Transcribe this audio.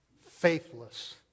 faithless